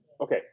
Okay